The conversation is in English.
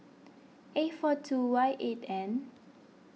A four two Y eight N